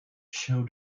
show